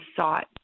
sought